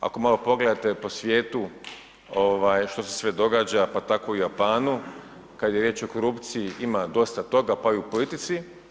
Ako malo pogledate po svijetu što se sve događa pa tako i u Japanu, kada je riječ o korupciji ima dosta toga pa i u politici.